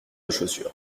chaussures